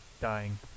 dying